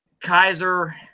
Kaiser